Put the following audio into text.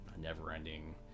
never-ending